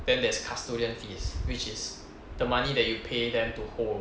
then there's custodian fees which is the money that you pay them to hold